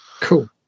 cool